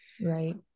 Right